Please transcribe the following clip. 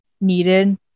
needed